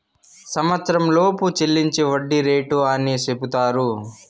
సంవచ్చరంలోపు చెల్లించే వడ్డీ రేటు అని సెపుతారు